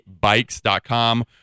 bikes.com